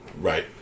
right